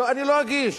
אני לא אגיש,